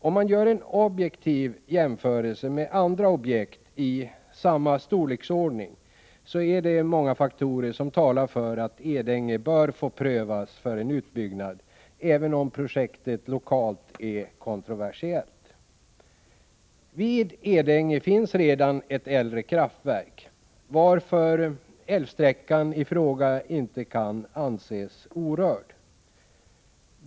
Om man gör en objektiv jämförelse med andra objekt i samma storleksordning, är det många faktorer som talar för att Edänge bör få prövas för en utbyggnad, även om projektet lokalt är kontroversiellt. Vid Edänge finns redan ett äldre kraftverk varför älvsträckan i fråga inte kan anses orörd.